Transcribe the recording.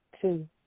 two